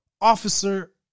officer